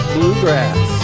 Bluegrass